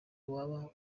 waba